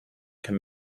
can